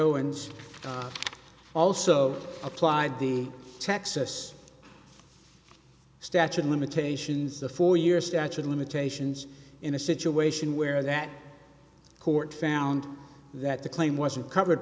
owens also applied the texas statute of limitations the four year statute of limitations in a situation where that court found that the claim wasn't covered